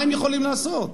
מה הם יכולים לעשות?